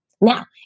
Now